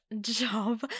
job